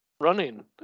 running